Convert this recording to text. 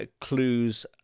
clues